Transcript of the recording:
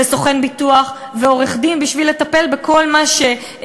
סוכן ביטוח ועורך-דין בשביל לטפל מול